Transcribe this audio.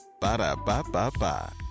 Ba-da-ba-ba-ba